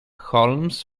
holmes